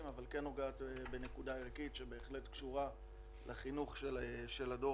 אבל כן נוגעת בנקודה ערכית שבהחלט קשורה לחינוך של הדור